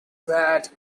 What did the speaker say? that